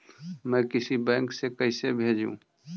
मैं किसी बैंक से कैसे भेजेऊ